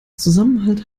zusammenhalt